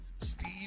Steve